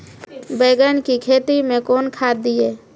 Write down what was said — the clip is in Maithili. बैंगन की खेती मैं कौन खाद दिए?